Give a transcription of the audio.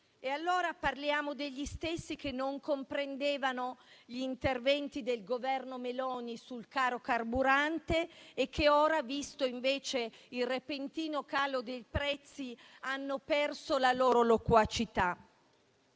Parliamo degli stessi che non comprendevano gli interventi del Governo Meloni sul caro carburante e che ora, visto invece il repentino calo dei prezzi, hanno perso la loro loquacità.